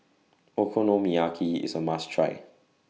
Okonomiyaki IS A must Try